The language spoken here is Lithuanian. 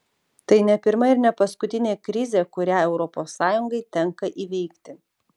tai ne pirma ir ne paskutinė krizė kurią europos sąjungai tenka įveikti